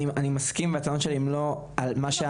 אני מסכים עם זה, הטענות שלי הן לא על הרשות,